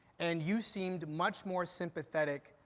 and you seemed much more sympathetic,